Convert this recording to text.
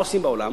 מה עושים בעולם?